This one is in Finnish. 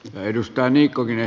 arvoisa puhemies